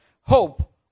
hope